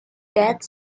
that